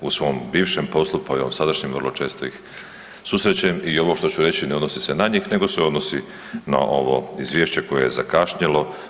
U svom bivšem poslu, pa i u ovom sadašnjem vrlo često ih susrećem i ovo što ću reći ne odnosi se na njih nego se odnosi na ovo izvješće koje je zakašnjelo.